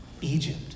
Egypt